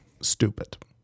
stupid